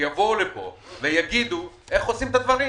שיבואו לפה ויגידו איך עושים את הדברים.